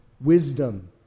wisdom